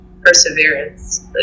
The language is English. perseverance